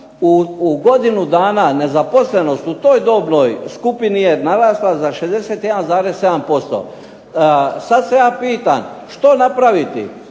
u godinu dana nezaposlenost u toj dobnoj skupini je narasla za 61,7% Sada se ja pitam što napraviti.